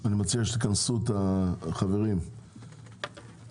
אני מציע שתכנסו את החברים אצלכם.